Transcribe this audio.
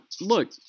Look